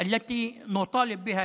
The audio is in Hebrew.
זה הסגה בוטה לעם שלם,